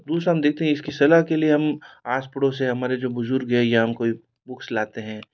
दूसरा हम देखते हम इसकी सलाह के लिए हम आस पड़ोस के हमारे जो बुजुर्ग है या हम कोई बुक्स लाते हैं